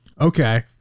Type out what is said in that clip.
Okay